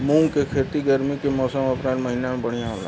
मुंग के खेती गर्मी के मौसम अप्रैल महीना में बढ़ियां होला?